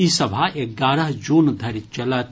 ई सभा एगारह जून धरि चलत